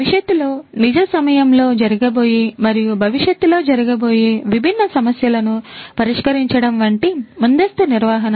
భవిష్యత్తులో నిజ సమయంలో జరగబోయే మరియు భవిష్యత్తులో జరగబోయే విభిన్న సమస్యలను పరిష్కరించడం వంటి ముందస్తు నిర్వహణ